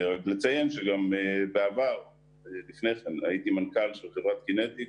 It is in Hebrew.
רק נציין שבעבר הייתי מנכ"ל של חברת "קינטיקס",